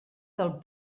del